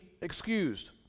excused